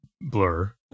blur